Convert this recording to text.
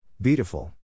Beautiful